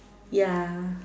ya